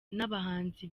n’abahanzi